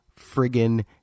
Friggin